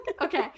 Okay